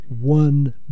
one